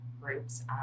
groups